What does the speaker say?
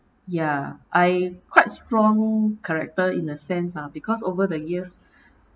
ya I quite strong character in a sense lah because over the years